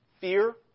fear